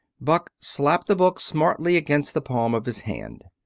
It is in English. buck slapped the book smartly against the palm of his hand.